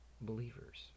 believers